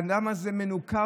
האדם הזה מנוכר,